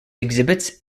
exhibits